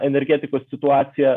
energetikos situaciją